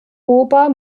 ober